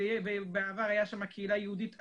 ובעבר הייתה שם קהילה יהודית עשירה,